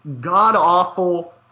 god-awful